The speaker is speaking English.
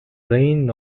reign